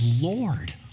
Lord